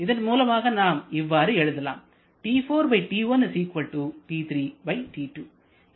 இதன் மூலமாக நாம் இவ்வாறு எழுதலாம்